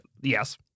yes